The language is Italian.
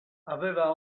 aveva